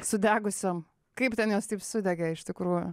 sudegusiom kaip ten jos taip sudegė iš tikrųjų